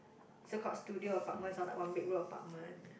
so called studio apartment or like one bedroom apartment